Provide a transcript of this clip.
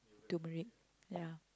to Mary ya